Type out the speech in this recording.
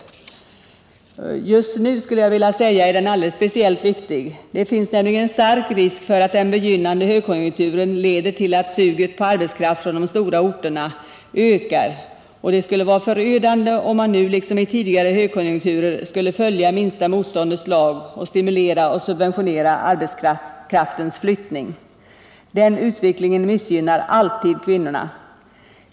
Jag skulle vilja säga att den just nu är alldeles särskilt viktig. Det finns nämligen en stor risk för att den begynnande högkonjunkturen leder till att suget på arbetskraft från de stora orterna ökar, och det skulle vara förödande om man nu, liksom vid tidigare högkonjunkturer, skulle följa minsta motståndets lag och stimulera och subventionera arbetskraftens flyttning. Den utvecklingen missgynnar alltid kvinnorna.